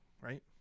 right